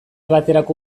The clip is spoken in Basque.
baterako